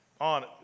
on